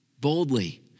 boldly